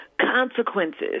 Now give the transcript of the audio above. consequences